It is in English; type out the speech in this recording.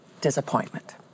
disappointment